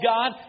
God